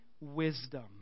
wisdom